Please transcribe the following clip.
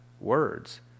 words